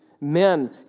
Men